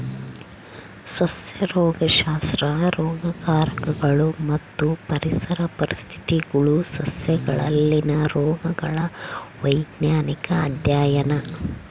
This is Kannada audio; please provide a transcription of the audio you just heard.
ಸಸ್ಯ ರೋಗಶಾಸ್ತ್ರ ರೋಗಕಾರಕಗಳು ಮತ್ತು ಪರಿಸರ ಪರಿಸ್ಥಿತಿಗುಳು ಸಸ್ಯಗಳಲ್ಲಿನ ರೋಗಗಳ ವೈಜ್ಞಾನಿಕ ಅಧ್ಯಯನ